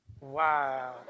Wow